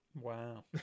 Wow